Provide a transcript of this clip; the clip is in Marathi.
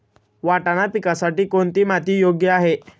वाटाणा पिकासाठी कोणती माती योग्य आहे?